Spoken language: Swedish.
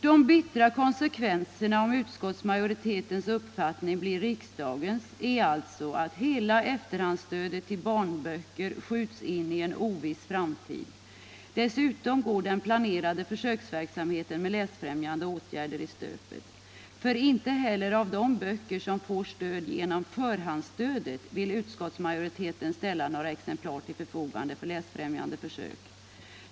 De bittra konsekvenserna, om utskottsmajoritetens uppfattning blir riksdagens, är alltså att hela efterhandsstödet till barnböcker skjuts in i en oviss framtid. Dessutom går den planerade försöksverksamheten med läsfrämjande åtgärder i stöpet, för inte heller av de böcker som får del av förhandsstödet vill utskottsmajoriteten ställa några exemplar till förfogande för läsfrämjande försök.